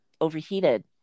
overheated